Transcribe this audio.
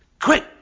Quick